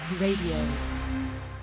Radio